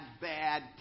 bad